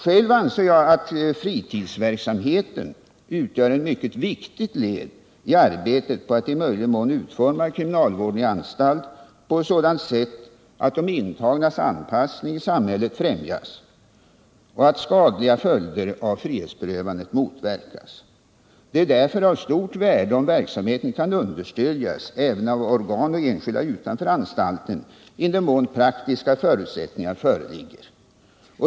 Själv anser jag att fritidsverksamheten utgör ett mycket viktigt led i arbetet på att i möjlig mån utforma kriminalvården i anstalt på ett sådant sätt att de intagnas anpassning i samhället främjas och att skadliga följder av frihetsberövandet motverkas. Det är därför av stort värde om verksamheten kan understödjas även av organ och enskilda utanför anstalten i den mån praktiska förutsättningar föreligger.